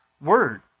word